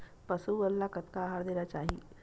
पशु मन ला कतना आहार देना चाही?